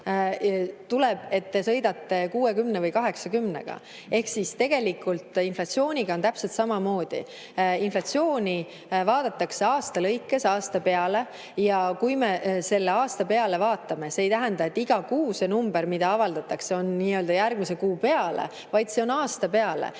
tuleb 60 või 80 kilomeetrit tunnis. Inflatsiooniga on täpselt samamoodi: inflatsiooni vaadatakse aasta lõikes, aasta peale. Ja kui me selle aasta peale vaatame, siis see ei tähenda, et iga kuu see number, mis avaldatakse, on nii-öelda järgmise kuu peale, vaid see on aasta peale.